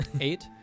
Eight